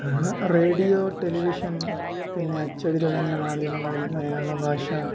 radio television പിന്നെ അച്ചടി തുടങ്ങിയ മാധ്യമങ്ങളിൽ മലയാള ഭാഷ